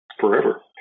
forever